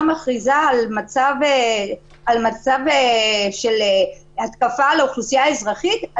מכריזה על מצב של התקפה על אוכלוסייה אזרחית,